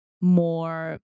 more